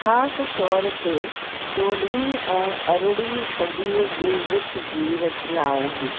ख़ासि तौर ते चोॾहं ऐं अरिड़हं सदीअ जे विच जी रचनाऊं ई